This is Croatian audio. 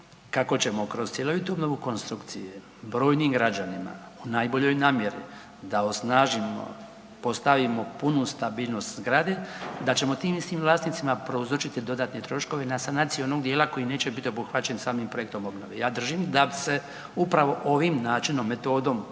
kako ćemo kroz cjelovitu obnovu konstrukcije brojnim građanima u najboljoj namjeri da osnažimo postavimo punu stabilnost zgradi, da ćemo tim istim vlasnicima prouzročiti dodatne troškove na sanaciji onog dijela koji neće biti obuhvaćen samim projektom obnove. Ja držim da se upravo ovim načinom, metodom,